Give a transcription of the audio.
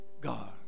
God